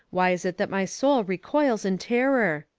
why is it that my soul recoils in terror?